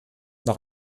noch